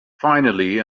finally